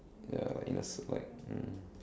ya like in a cer~ like um